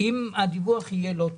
אם הדיווח יהיה לא טוב.